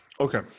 okay